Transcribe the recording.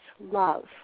love